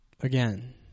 again